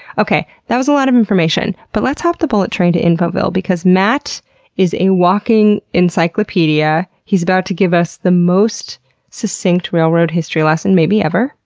okay, that was a lot of information but let's hop the bullet train to infoville because matt is a walking encyclopedia. he's about to give us the most succinct railroad history lesson maybe ever.